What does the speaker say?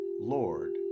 Lord